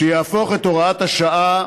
שיהפוך את הוראת השעה